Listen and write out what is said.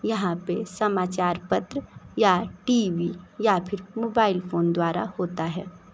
यहाँ पर समाचार पत्र या टी वी या फिर मोबाइल फ़ोन द्वारा होता है